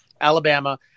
Alabama